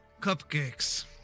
cupcakes